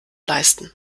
leisten